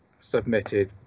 submitted